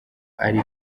ari